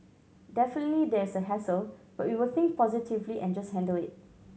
definitely there's a hassle but we will think positively and just handle it